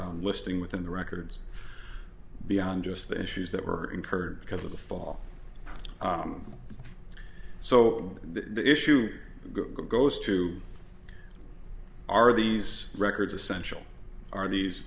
listing within the records beyond just the issues that were incurred because of the fall so the issue goes to are these records essential are these